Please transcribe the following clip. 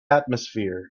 atmosphere